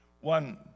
One